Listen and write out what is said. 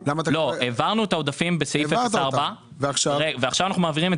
העברנו את העודפים בסעיף 04 ועכשיו אנחנו מעבירים את